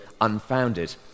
unfounded